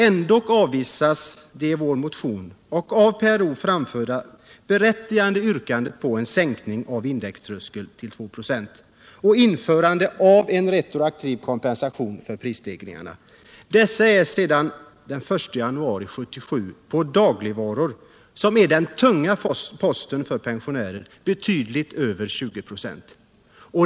Ändock avvisas det i vår motion och av PRO framförda berättigade yrkandet på en sänkning av indextröskeln till 2 96 och ett införande av en retroaktiv kompensation för prisstegringarna. På dagligvaror, som är den tunga posten för pensionärer, uppgår prisstegringarna sedan den 1 januari 1977 till betydligt över 2096.